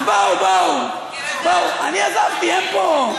אז בואו, בואו, אני עזבתי, אין פה,